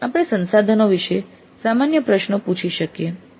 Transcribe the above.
પછી આપણે સંસાધનો વિશે સામાન્ય પ્રશ્ન પૂછી શકીએ છીએ